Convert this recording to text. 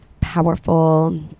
powerful